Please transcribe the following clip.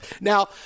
Now